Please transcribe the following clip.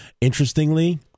interestingly